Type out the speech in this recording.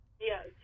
Yes